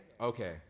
okay